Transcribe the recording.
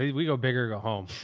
we go bigger, go home